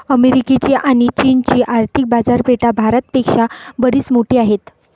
अमेरिकेची आणी चीनची आर्थिक बाजारपेठा भारत पेक्षा बरीच मोठी आहेत